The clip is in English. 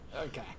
Okay